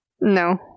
no